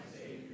savior